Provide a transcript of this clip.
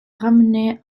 ramenée